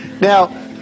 Now